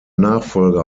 nachfolger